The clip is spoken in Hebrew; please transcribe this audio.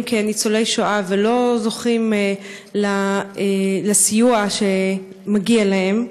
כניצולי שואה ולא זוכים לסיוע שמגיע להם,